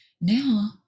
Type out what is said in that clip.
Now